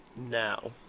now